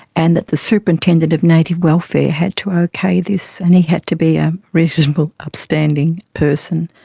and that the superintendent of native welfare had to okay this, and he had to be a reasonable upstanding person.